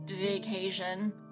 vacation